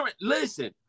Listen